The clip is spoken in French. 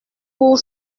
pour